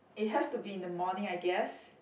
it has to be in the morning I guess